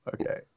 Okay